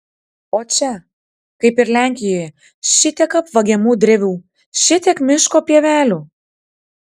o čia kaip ir lenkijoje šitiek apvagiamų drevių šitiek miško pievelių